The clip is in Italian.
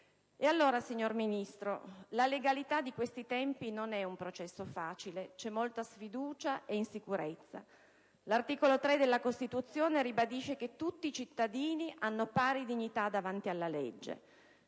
Allora, signor Ministro, la legalità di questi tempi non è un processo facile. C'è molta sfiducia e insicurezza. L'articolo 3 della Costituzione ribadisce che tutti i cittadini hanno pari dignità davanti alla legge.